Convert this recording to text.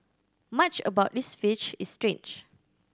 much about this fish is strange